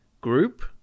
group